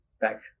back